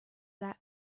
that